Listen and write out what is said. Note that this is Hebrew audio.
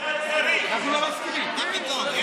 תודה רבה, סגן שר הבריאות.